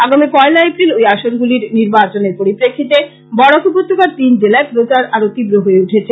আগামী পয়লা এপ্রিল ঐ আসনগুলির নির্বাচনের পরিপ্রেক্ষিতে বরাক উপত্যকার তিন জেলায় প্রচার আরো তীব্র হয়ে উঠেছে